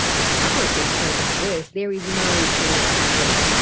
the public is so diverse, there is no general public.